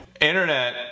Internet